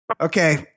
Okay